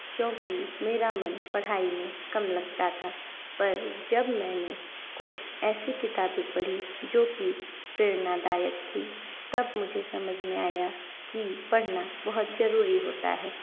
क्योंकि मेरा मन पढ़ाई में कम लगता था पर जब मैंने कुछ ऐसी किताबें पढ़ीं जो कि प्रेरणादायक थीं तब मुझे समझ में आया की पढ़ना बहुत ज़रूरी होता है